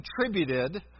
contributed